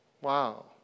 Wow